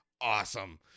awesome